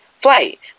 flight